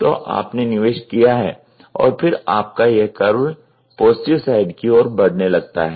तो आपने निवेश किया है और फिर आपका यह कर्व पॉजिटिव साइड की ओर बढ़ने लगता है